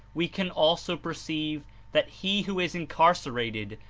we can also perceive that he who is incarcerated,